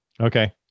Okay